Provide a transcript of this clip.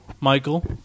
Michael